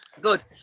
Good